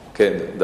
כן.